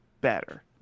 better